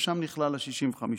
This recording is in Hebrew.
ושם נכלל ה-65.